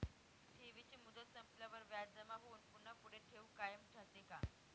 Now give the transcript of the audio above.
ठेवीची मुदत संपल्यावर व्याज जमा होऊन पुन्हा पुढे ठेव कायम राहते का?